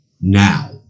Now